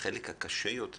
החלק הקשה יותר